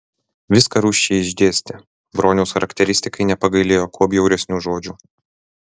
viską rūsčiai išdėstė broniaus charakteristikai nepagailėjo kuo bjauresnių žodžių